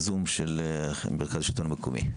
מרכז שלטון מקומי,